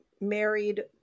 married